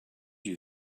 you